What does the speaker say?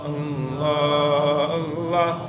Allah